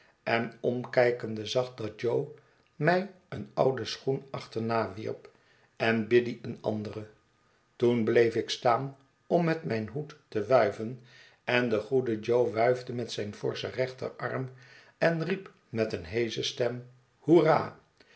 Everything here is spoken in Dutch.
en omkijkende zag dat jo mij een ouden schoen achternawierp en biddy een anderen toen bleef ik staan om met mijn hoed te wuiven en de goede jo wuifde met zijn forschen rechterarm en riep met eene heesche stem hoeral